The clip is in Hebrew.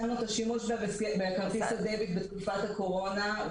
הצענו את השימוש בכרטיס הדביט בתקופת הקורונה,